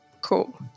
Cool